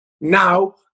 now